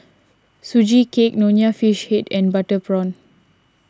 Sugee Cake Nonya Fish Head and Butter Prawn